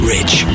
Rich